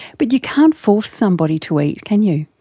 but you can't force somebody to eat, can you.